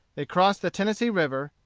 they crossed the tennessee river,